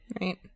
right